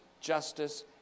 justice